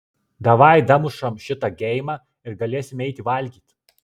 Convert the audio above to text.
davai damušam šitą geimą ir galėsim eiti valgyt